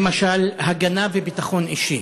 למשל הגנה וביטחון אישי.